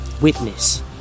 Witness